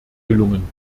gelungen